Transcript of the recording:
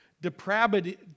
depravity